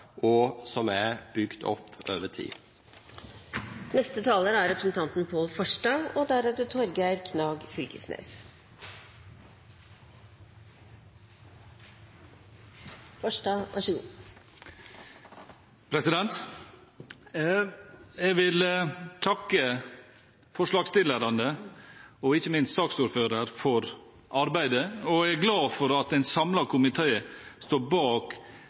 og som er bygd opp over tid. Jeg vil takke forslagsstillerne og ikke minst saksordføreren for arbeidet, og jeg er glad for at en samlet komité står bak tilrådingen om å videreføre Veterinærinstituttets kompetanse og virksomhet innenfor grønn sektor og